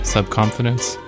Subconfidence